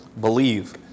believe